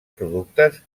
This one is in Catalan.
productes